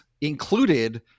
included